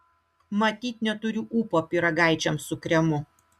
matyt neturiu ūpo pyragaičiams su kremu